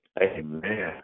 Amen